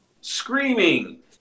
screaming